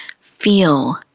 feel